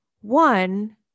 one